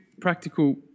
practical